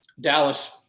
Dallas